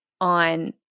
on